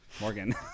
Morgan